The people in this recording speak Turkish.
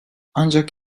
ancak